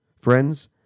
Friends